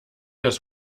das